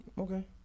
Okay